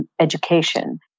education